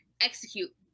execute